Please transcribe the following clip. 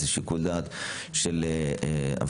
זה שיקול דעת של הוועדה,